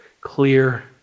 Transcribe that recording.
clear